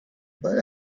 but